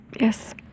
Yes